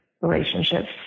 relationships